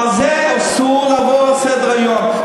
ועל זה אסור לעבור לסדר-היום,